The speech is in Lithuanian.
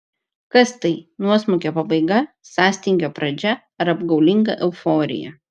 kas tai nuosmukio pabaiga sąstingio pradžia ar apgaulinga euforija